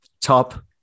top